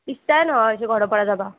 ইচ্ছাই নোহোৱা হৈছে ঘৰৰ পৰা যাব